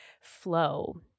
flow